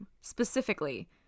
specifically